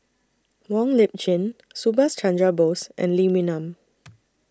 Wong Lip Chin Subhas Chandra Bose and Lee Wee Nam